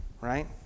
right